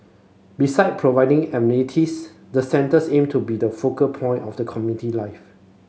beside providing amenities the centres aim to be the focal point of community life